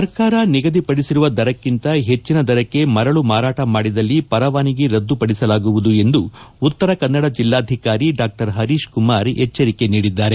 ಸರ್ಕಾರ ನಿಗದಿ ಪಡಿಸಿರುವ ದರಕ್ಕಿಂತ ಹೆಚ್ಚಿನ ದರಕ್ಕೆ ಮರಳು ಮಾರಾಟ ಮಾಡಿದಲ್ಲಿ ಪರವಾನಿಗೆ ರದ್ದು ಪಡಿಸಲಾಗುವುದು ಎಂದು ಉತ್ತರ ಕನ್ನಡ ಜಿಲ್ಲಾಧಿಕಾರಿ ಡಾ ಪರೀಶ್ ಕುಮಾರ್ ಎಚ್ಚರಿಕೆ ನೀಡಿದ್ದಾರೆ